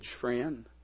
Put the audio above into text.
friend